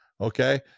okay